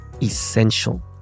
Essential